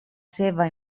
seva